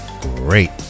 great